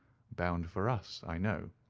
bound for us, i know.